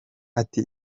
ati